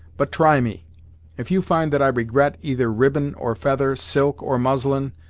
but try me if you find that i regret either ribbon or feather, silk or muslin,